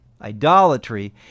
Idolatry